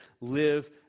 live